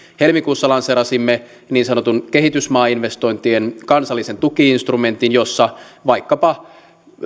helmikuussa lanseerasimme niin sanotun kehitysmaainvestointien kansallinen tuki instrumentin jossa vaikkapa